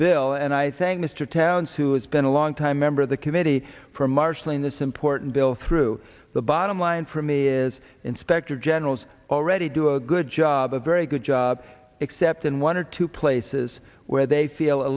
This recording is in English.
bill and i think mr towns who has been a long time member of the committee for marshalling this important bill through the bottom line for me is inspector generals already do a good job of very good job except in one or two places where they feel a